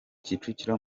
kicukiro